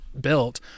built –